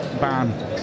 ban